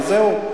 וזהו.